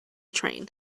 train